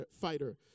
fighter